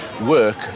work